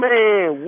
Man